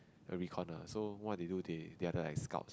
and recon lah so what they do they are the es scout